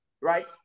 right